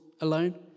alone